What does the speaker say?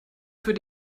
für